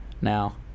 now